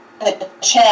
chat